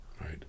right